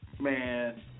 Man